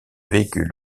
véhicules